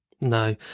no